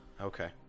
Okay